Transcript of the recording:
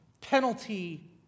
penalty